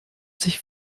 sich